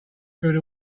through